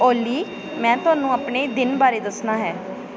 ਓਲੀ ਮੈਂ ਤੁਹਾਨੂੰ ਆਪਣੇ ਦਿਨ ਬਾਰੇ ਦੱਸਣਾ ਹੈ